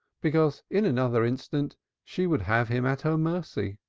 because in another instant she would have him at her mercy.